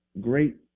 great